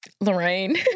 Lorraine